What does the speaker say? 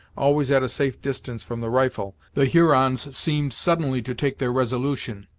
always at a safe distance from the rifle, the hurons seemed suddenly to take their resolution,